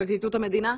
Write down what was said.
בפרקליטות המדינה?